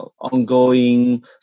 ongoing